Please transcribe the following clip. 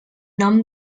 nom